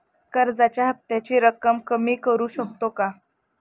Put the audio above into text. कर्जाच्या हफ्त्याची रक्कम कमी करू शकतो का?